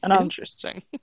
Interesting